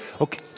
Okay